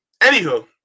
Anywho